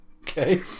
Okay